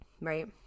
right